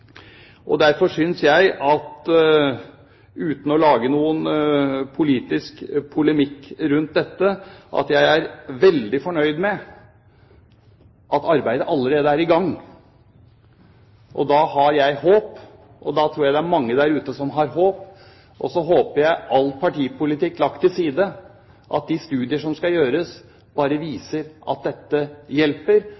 øvrig. Derfor er jeg – uten å lage noen politisk polemikk rundt dette – veldig fornøyd med at arbeidet allerede er i gang. Da har jeg håp, og da tror jeg det er mange der ute som har håp. Så håper jeg – all partipolitikk lagt til side – at de studier som skal gjøres, bare